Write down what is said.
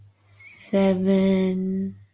seven